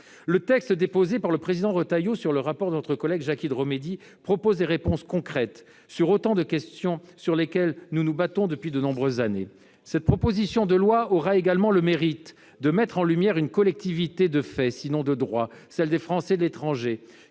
Le texte déposé par le président Retailleau et que nous examinons sur le rapport de notre collègue Jacky Deromedi offre des réponses concrètes à autant de questions sur lesquelles nous nous battons depuis de nombreuses années. Cette proposition de loi aura également le mérite de mettre en lumière une collectivité de fait, sinon de droit : celle des Français de l'étranger,